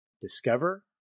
discover